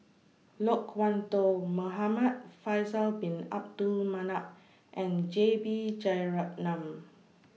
Loke Wan Tho Muhamad Faisal Bin Abdul Manap and J B Jeyaretnam